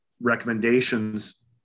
recommendations